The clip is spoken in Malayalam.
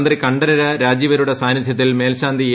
തന്ത്രി കണ്ഠരര് രാജീവരുടെ സ്റാറ്നിധൃത്തിൽ മേൽശാന്തി എ